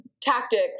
tactics